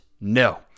no